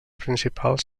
principals